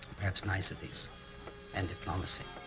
perhaps, niceties and diplomacy.